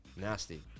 nasty